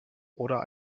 oder